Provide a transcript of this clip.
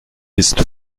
ist